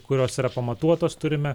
kurios yra pamatuotos turime